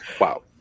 wow